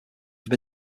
have